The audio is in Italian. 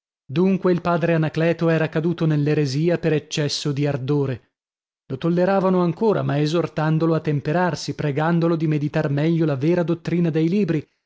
dunque il padre anacleto era caduto nell'eresia per eccesso di ardore lo tolleravano ancora ma esortandolo a temperarsi pregandolo di meditar meglio la vera dottrina dei libri